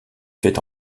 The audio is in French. fait